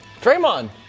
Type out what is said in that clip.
Draymond